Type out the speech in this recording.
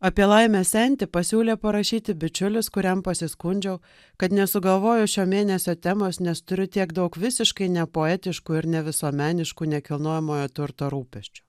apie laimę senti pasiūlė parašyti bičiulis kuriam pasiskundžiau kad nesugalvoju šio mėnesio temos nes turiu tiek daug visiškai nepoetiškų ir nevisuomeniškų nekilnojamojo turto rūpesčių